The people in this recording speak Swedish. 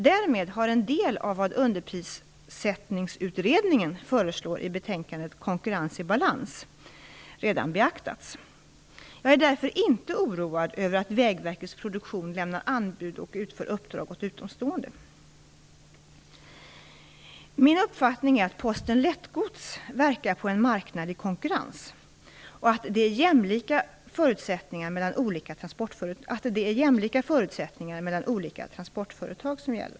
Därmed har en del av vad Underprissättningsutredningen föreslår i betänkandet Konkurrens i balans, SOU:105, redan beaktats. Jag är därför inte oroad över att Vägverkets produktion lämnar anbud och utför uppdrag åt utomstående. Min uppfattning är att Posten Lättgods verkar på en marknad i konkurrens och att det är jämlika förutsättningar mellan olika transportföretag.